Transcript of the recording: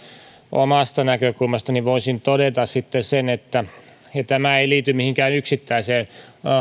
omasta näkökulmastani voisin todeta sitten sen ja tämä ei liity mihinkään yksittäiseen